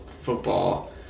football